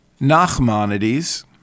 Nachmanides